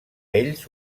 ells